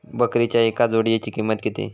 बकरीच्या एका जोडयेची किंमत किती?